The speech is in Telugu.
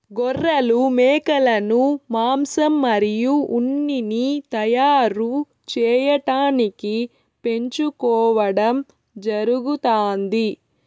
గొర్రెలు, మేకలను మాంసం మరియు ఉన్నిని తయారు చేయటానికి పెంచుకోవడం జరుగుతాంది